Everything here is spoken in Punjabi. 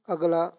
ਅਗਲਾ